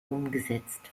umgesetzt